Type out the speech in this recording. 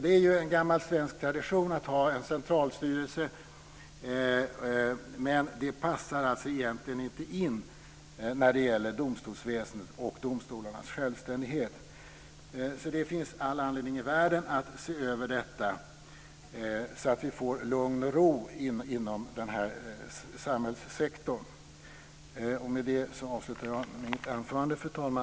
Det är gammal svensk tradition att ha en centralstyrelse, men det passar egentligen inte in när det gäller domstolsväsendet och domstolarnas självständighet. Det finns all anledning i världen att se över detta så att vi får lugn och ro inom den här samhällssektorn. Med det avslutar jag mitt anförande, fru talman.